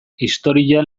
historian